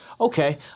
Okay